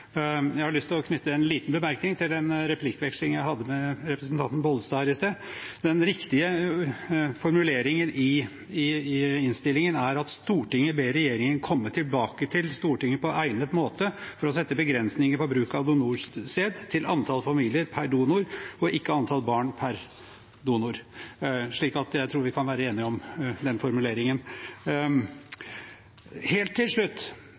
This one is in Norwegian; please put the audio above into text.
Jeg har lyst til å knytte en liten bemerkning til den replikkvekslingen jeg hadde med representanten Bollestad her i sted. Den riktige formuleringen i innstillingen er at Stortinget ber regjeringen komme tilbake til Stortinget på egnet måte for å sette begrensninger for bruk av donorsæd til antall familier per donor, og ikke antall barn per donor. Jeg tror vi kan være enige om den formuleringen. Helt til slutt: